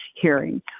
hearing